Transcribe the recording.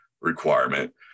requirement